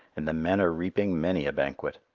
and the men are reaping many a banquet.